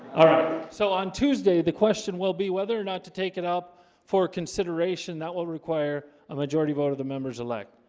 all right so on tuesday the question will be whether or not to take it up for consideration that will require a majority vote of the members elect